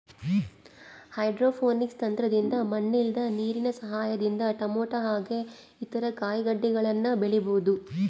hydroponics ತಂತ್ರದಿಂದ ಮಣ್ಣಿಲ್ದೆ ನೀರಿನ ಸಹಾಯದಿಂದ ಟೊಮೇಟೊ ಹಾಗೆ ಇತರ ಕಾಯಿಗಡ್ಡೆಗಳನ್ನ ಬೆಳಿಬೊದು